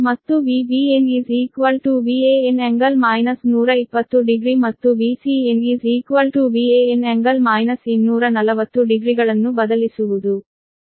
ಮತ್ತು Vbn Van∟ 120 degree ಮತ್ತು Vcn Van∟ 240 ಡಿಗ್ರಿಗಳನ್ನು ಬದಲಿಸುವುದು